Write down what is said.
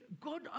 God